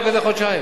זה חודשיים,